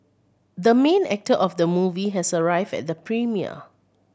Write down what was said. the main actor of the movie has arrived at the premiere